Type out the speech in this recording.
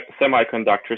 semiconductors